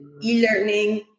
e-learning